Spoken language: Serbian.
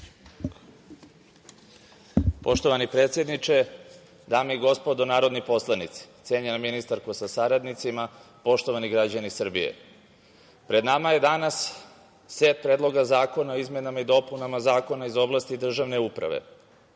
Poštovani predsedniče, dame i gospodo narodni poslanici, cenjena ministarko sa saradnicima, poštovani građani Srbije, pred nama je danas set predloga zakona o izmenama i dopunama zakona iz oblasti državne uprave